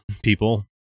People